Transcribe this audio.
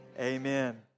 amen